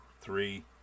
three